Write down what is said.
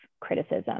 criticism